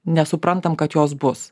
nesuprantam kad jos bus